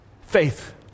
faith